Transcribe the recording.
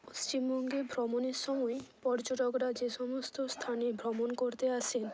পশ্চিমবঙ্গে ভ্রমণের সময় পর্যটকরা যে সমস্ত স্থানে ভ্রমণ করতে আসেন